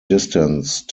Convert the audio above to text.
distance